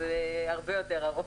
זה הרבה יותר ארוך.